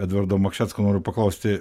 edvardo makšecko noriu paklausti